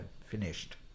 finished